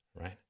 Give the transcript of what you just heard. right